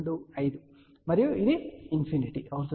5 1 2 5 మరియు ఇది ఇన్ఫినిటీ అవుతుంది